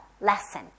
lesson